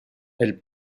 elle